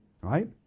right